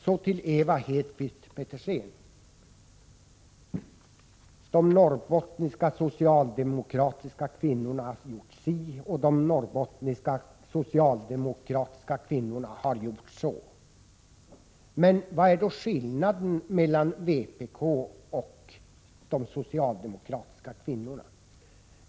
Ewa Hedkvist Petersen säger att de norrbottniska socialdemokratiska kvinnorna har gjort si och att de har gjort så. Vad är då skillnaden mellan vpk och de socialdemokratiska kvinnorna?